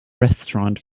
restaurant